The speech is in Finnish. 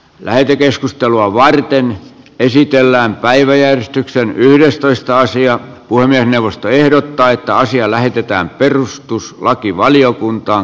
lähetekeskustelua varten esitellään päiväjärjestyksen yhdestoista sija puhemiesneuvosto ehdottaa että asia lähetetään perustuslakivaliokuntaan